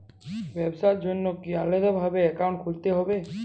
ব্যাবসার জন্য কি আলাদা ভাবে অ্যাকাউন্ট খুলতে হবে?